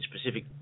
specific